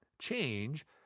change